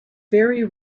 very